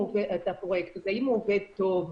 האם הוא עובד טוב?